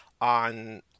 on